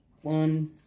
One